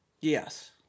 Yes